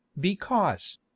Because—